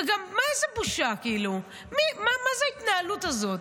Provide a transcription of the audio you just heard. וגם, איזו בושה, כאילו, מה זו ההתנהלות הזאת?